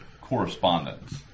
correspondence